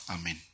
Amen